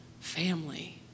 family